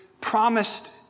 promised